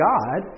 God